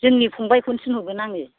जोंनि फंबायखौनो थिनहरगोन आङो